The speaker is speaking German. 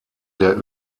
der